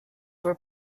were